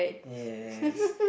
yes